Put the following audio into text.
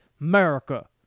America